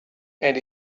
and